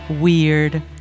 weird